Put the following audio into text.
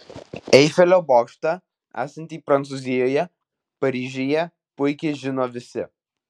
eifelio bokštą esantį prancūzijoje paryžiuje puikiai žino visi